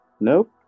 Nope